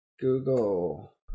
Google